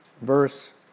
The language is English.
verse